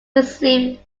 received